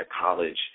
college